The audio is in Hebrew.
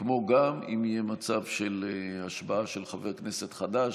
כמו גם אם יהיה מצב של השבעה של חבר כנסת חדש.